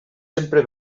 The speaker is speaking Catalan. sempre